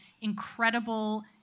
incredible